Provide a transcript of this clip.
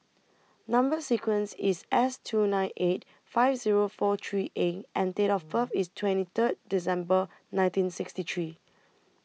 Number sequence IS S two nine eight five Zero four three A and Date of birth IS twenty Third December nineteen sixty three